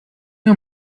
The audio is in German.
mir